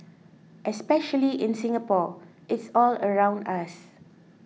especially in Singapore it's all around us